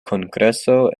kongreso